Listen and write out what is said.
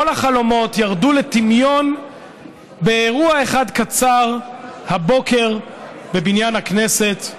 כל החלומות ירדו לטמיון באירוע אחד קצר הבוקר בבניין הכנסת,